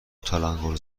تلنگور